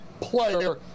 player